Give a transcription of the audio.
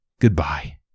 Goodbye